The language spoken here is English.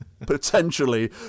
potentially